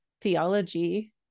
theology